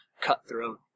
cutthroat